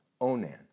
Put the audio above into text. Onan